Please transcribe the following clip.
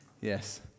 Yes